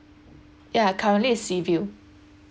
ya currently it's sea view